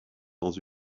dans